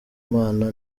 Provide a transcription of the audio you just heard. mana